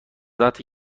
وقتی